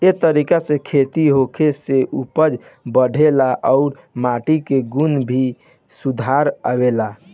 ए तरीका से खेती होखे से उपज बढ़ेला आ माटी के गुण में भी सुधार आवेला